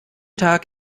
tag